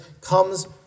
comes